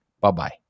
Bye-bye